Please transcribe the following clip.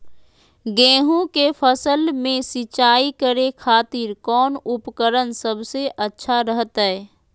गेहूं के फसल में सिंचाई करे खातिर कौन उपकरण सबसे अच्छा रहतय?